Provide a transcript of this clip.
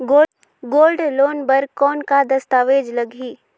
Gold loan बर कौन का दस्तावेज लगही?